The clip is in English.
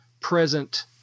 present